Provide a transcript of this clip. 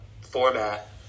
format